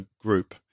group